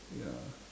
ya